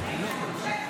--- חודש